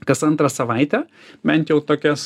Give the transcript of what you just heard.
kas antrą savaitę bent jau tokias